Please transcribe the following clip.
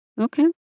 Okay